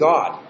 God